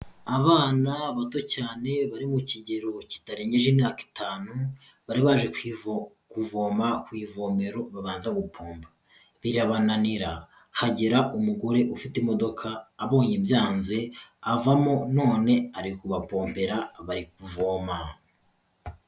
Abana bato cyane, bari mu kigero kitarengeje imyaka itanu, bari baje kuvoma ku ivomero babanza gupompa birabananira, hagera umugore ufite imodoka, abonye byanze avamo none ari kubapompera, bari kuvoma.